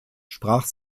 sprach